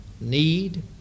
need